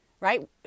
right